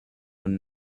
one